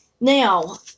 Now